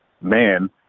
man